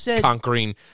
conquering